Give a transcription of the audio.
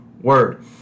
word